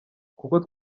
kuko